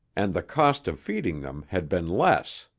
and the cost of feeding them had been less.